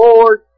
Lord